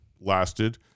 lasted